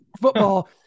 football